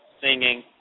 singing